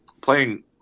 playing